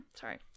sorry